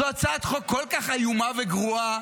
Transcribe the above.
זו הצעת חוק כל כך איומה וגרועה,